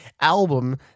album